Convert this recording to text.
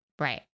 Right